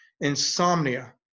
insomnia